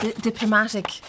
diplomatic